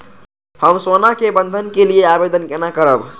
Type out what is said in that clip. हम सोना के बंधन के लियै आवेदन केना करब?